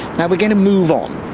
now we're going to move on,